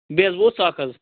بیٚیہِ حظ ووٚژھ اَکھ حظ